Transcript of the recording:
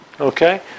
Okay